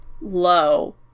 low